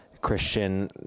Christian